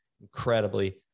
incredibly